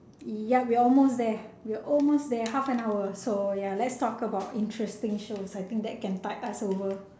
yup we are almost there we are almost there half an hour so ya let's talk about interesting shows I think that can tide us over